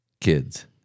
Kids